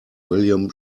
william